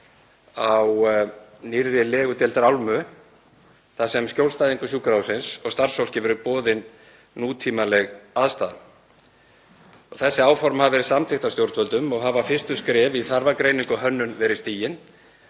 á nýrri legudeildarálmu þar sem skjólstæðingum sjúkrahússins og starfsfólki verður boðin nútímaleg aðstaða. Þessi áform hafa verið samþykkt af stjórnvöldum og hafa fyrstu skref í þarfagreiningu og hönnun verið stigin.